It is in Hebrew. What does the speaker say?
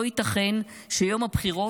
לא ייתכן שיום הבחירות,